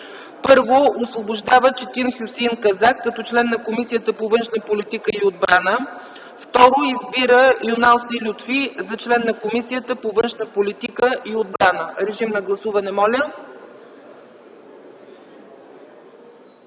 1. Освобождава Четин Хюсеин Казак като член на Комисията по външна политика и отбрана. 2. Избира Юнал Саид Лютфи за член на Комисията по външна политика и отбрана”. Режим на гласуване, моля.